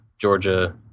Georgia